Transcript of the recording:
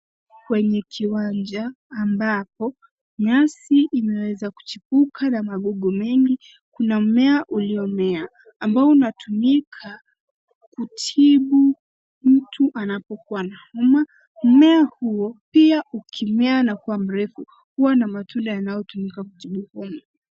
Kwenye kiwanja ambapo nyasi imweza kuchipuka na magugu mengi. Kuna mumea uliomea ambao unatumika kutibu mtu anapokuwa na homa. Mumea huo pia ukimea na kuwa mrefu huwa na matunda yanayo tumika kutibu homa.